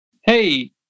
hey